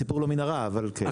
הסיפור לא מנהרה, אבל כן.